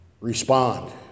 respond